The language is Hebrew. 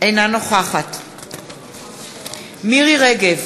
אינה נוכחת מירי רגב,